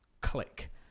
Click